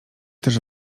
też